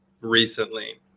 recently